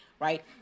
right